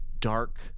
dark